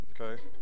Okay